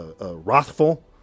wrathful